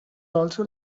also